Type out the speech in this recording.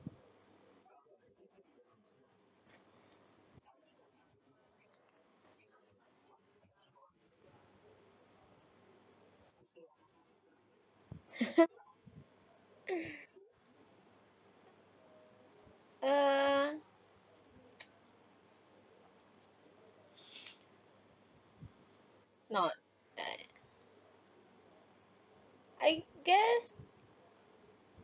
err not that I guess